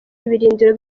ibirindiro